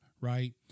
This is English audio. Right